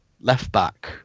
left-back